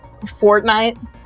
Fortnite